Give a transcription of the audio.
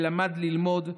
ולמד ללמוד,